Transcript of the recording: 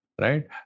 right